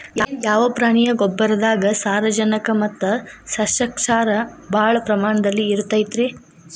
ಯಾವ ಪ್ರಾಣಿಯ ಗೊಬ್ಬರದಾಗ ಸಾರಜನಕ ಮತ್ತ ಸಸ್ಯಕ್ಷಾರ ಭಾಳ ಪ್ರಮಾಣದಲ್ಲಿ ಇರುತೈತರೇ?